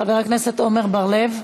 חבר הכנסת עמר בר-לב,